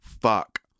fuck